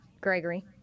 Gregory